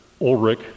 Ulrich